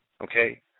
okay